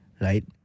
right